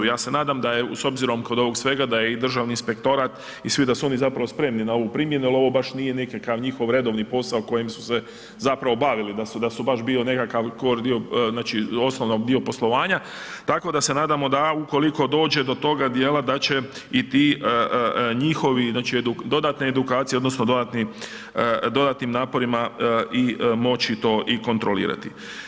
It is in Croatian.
Ja se nadam da je, s obzirom kod ovog svega da je i državni inspektorat i svi da su oni zapravo spremni na ovu primjenu jer ovo baš nije nekakav njihov redovni posao kojim su se zapravo bavili, da su baš bio nekakav znači osnovno dio poslovanja, tako da se nadamo da ukoliko dođe do toga dijela da će ti njihovi da će dodatne edukacije odnosno dodatnim naporima i moći to i kontrolirati.